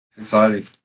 exciting